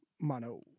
Mono